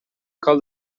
کال